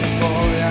boy